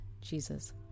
Jesus